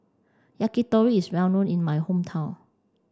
Yakitori is well known in my hometown